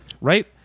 right